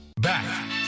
Back